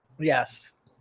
Yes